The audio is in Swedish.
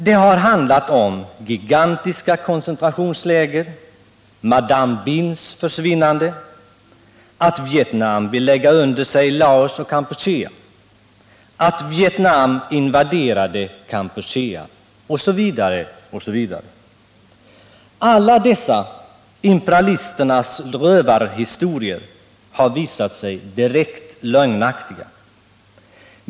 Den har handlat om gigantiska koncentrationsläger, madame Binhs försvinnande, att Vietnam vill lägga under sig Laos och Kampuchea, att Vietnam invaderade Kampuchea, osv. Alla dessa imperialisternas rövarhistorier har visat sig direkt lögnaktiga.